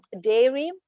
dairy